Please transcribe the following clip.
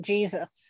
Jesus